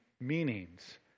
meanings